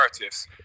narratives